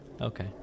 Okay